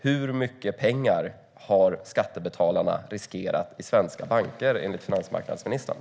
Hur mycket pengar har skattebetalarna riskerat i svenska banker, enligt finansmarknadsministern?